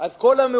אז כל המהומה